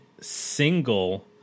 Single